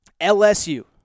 LSU